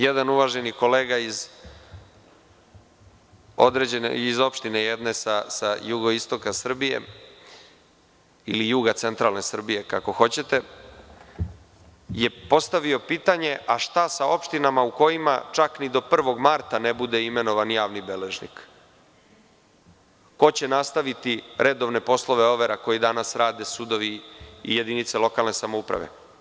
Jedan uvaženi kolega iz opštine sa jugoistoka Srbije ili juga centralne Srbije, kako hoćete, je postavio pitanje – šta sa opštinama u kojima čak ni do 1. marta ne bude imenovan javni beležnik, ko će nastaviti redovne poslove overe koje danas rade sudovi i jedinice lokalne samouprave?